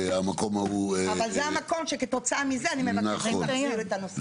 אבל זה המקום שכתוצאה מזה אני מבקשת להחזיר את הנושא.